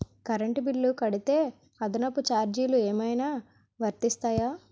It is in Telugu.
కరెంట్ బిల్లు కడితే అదనపు ఛార్జీలు ఏమైనా వర్తిస్తాయా?